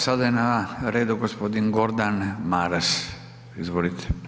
Sada je na redu g. Gordan Maras, izvolite.